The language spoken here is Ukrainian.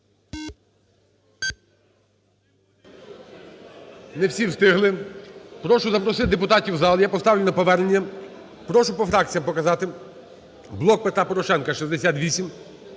Не всі стигли. Прошу запросити депутатів у зал, я поставлю на повернення. Прошу по фракціях показати. "Блок Петра Порошенка" –